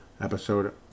episode